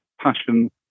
passion